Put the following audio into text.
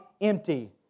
empty